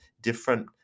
different